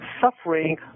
suffering